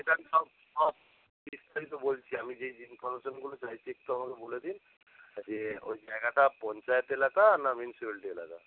সেটা আমি সব সব বিস্তারিত বলছি আমি যেই ইনফরমেশনগুলো চাইছি একটু আমাকে বলে দিন যে ওই জায়গাটা পঞ্চায়েত এলাকা না মিউনিসিপালিটি এলাকা